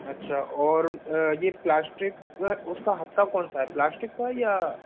और यह प्लास्टिक उसका हत्था कौन सा हैं प्लास्टिक का या